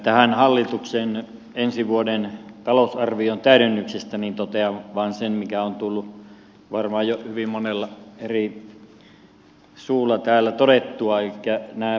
tästä hallituksen ensi vuoden talousarvion täydennyksestä totean vain sen mikä on tullut varmaan jo hyvin monella eri suulla täällä todettua